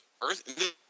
Earth